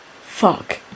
Fuck